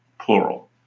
Plural